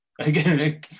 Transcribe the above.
again